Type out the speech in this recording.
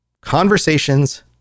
conversations